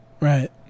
Right